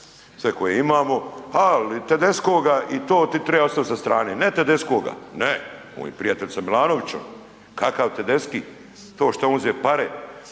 sve koje imamo, ali Tedeschoga i to ti treba ostaviti sa strane, ne Tedeschoga ne, on je prijatelj sa Milanovićem, kakav Tedeschi to što je on